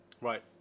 Right